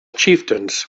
chieftains